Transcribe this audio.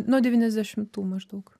nuo devyniasdešimtų maždaug